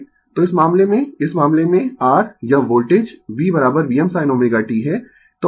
तो इस मामले में इस मामले में r यह voltage V Vm sin ω t है